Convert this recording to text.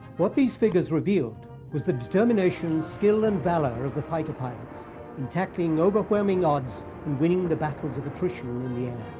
what these figures revealed was the determination, skill, and valor of the fighter pilots in tackling overwhelming odds and winning the battles of attrition in the air.